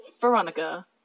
Veronica